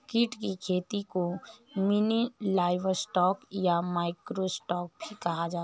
कीट की खेती को मिनी लाइवस्टॉक या माइक्रो स्टॉक भी कहा जाता है